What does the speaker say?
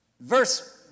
verse